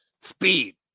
Speed